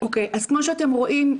כמו שאתם רואים,